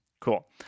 Cool